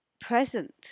present